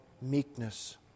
meekness